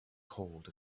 cold